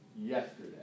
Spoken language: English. yesterday